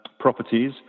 properties